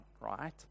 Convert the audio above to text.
right